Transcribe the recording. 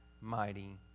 mighty